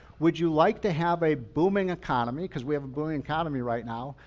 would you like to have a booming economy? because we have a booming economy right now,